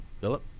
Philip